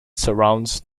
surrounds